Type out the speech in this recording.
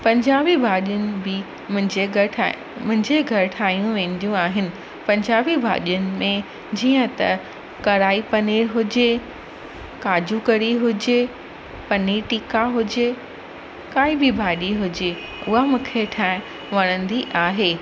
पंजाबी भाॼियुनि बि मुंहिंजे घरु ठाहे मुंहिंजे घरु ठायूं वेंदियूं आहिनि पंजाबी भाॼियुनि में जीअं त कढ़ाई पनीर हुजे काजू कढ़ी हुजे पनीर टिका हुजे काई बि भाॼी हुजे उहा मूंखे ठाहिणु वणंदी आहे